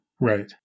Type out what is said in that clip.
Right